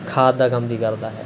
ਖਾਦ ਦਾ ਕੰਮ ਵੀ ਕਰਦਾ ਹੈ